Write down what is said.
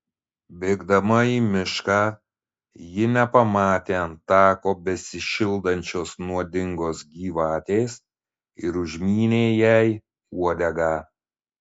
bėgdama į mišką ji nepamatė ant tako besišildančios nuodingos gyvatės ir užmynė jai uodegą